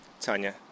Tanya